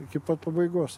iki pat pabaigos